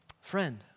Friend